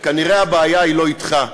שכנראה הבעיה אינה אתך,